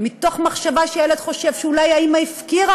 מתוך מחשבה שהילד חושב שאולי האימא הפקירה